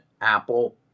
Apple